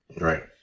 right